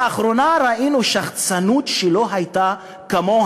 לאחרונה ראינו שחצנות שלא הייתה כמוה,